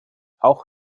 auch